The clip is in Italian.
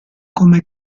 come